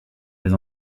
mais